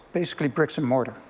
basically bricks and mortar.